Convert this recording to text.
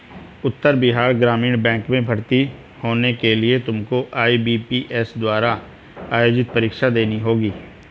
उत्तर Bihar Gramin bank में भर्ती होने के लिए तुमको आई.बी.पी.एस द्वारा आयोजित परीक्षा देनी होगी